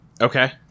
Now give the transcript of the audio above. Okay